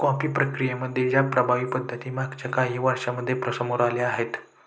coffee प्रक्रियेसाठी च्या प्रभावी पद्धती मागच्या काही वर्षांमध्ये समोर आल्या आहेत